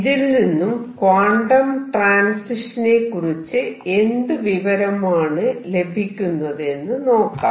ഇതിൽ നിന്നും ക്വാണ്ടം ട്രാൻസിഷനെകുറിച്ച് എന്ത് വിവരമാണ് ലഭിക്കുന്നതെന്ന് നോക്കാം